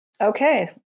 Okay